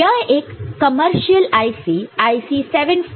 यह एक commercial IC IC 7483 है